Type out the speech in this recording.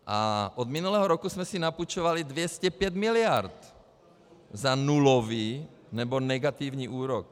A od minulého roku jsme si napůjčovali 205 mld. za nulový nebo negativní úrok.